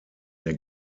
der